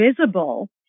visible